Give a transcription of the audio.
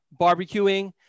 barbecuing